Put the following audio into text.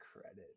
credit